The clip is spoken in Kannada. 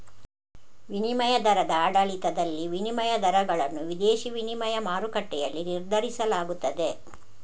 ವಿನಿಮಯ ದರದ ಆಡಳಿತದಲ್ಲಿ, ವಿನಿಮಯ ದರಗಳನ್ನು ವಿದೇಶಿ ವಿನಿಮಯ ಮಾರುಕಟ್ಟೆಯಲ್ಲಿ ನಿರ್ಧರಿಸಲಾಗುತ್ತದೆ